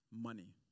money